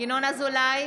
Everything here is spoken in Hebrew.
ינון אזולאי,